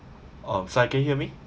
oh Si can you hear me